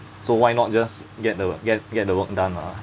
so why not just get the get get the work done lah